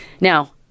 Now